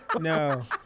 No